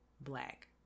black